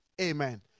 Amen